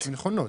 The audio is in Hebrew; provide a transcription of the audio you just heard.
שהן נכונות.